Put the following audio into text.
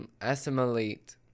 assimilate